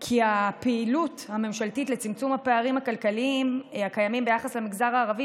כי הפעילות הממשלתית לצמצום הפערים הכלכליים הקיימים ביחס למגזר הערבי